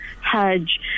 hajj